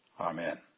Amen